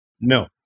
No